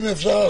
אם אפשר,